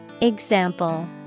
Example